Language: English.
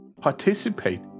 participate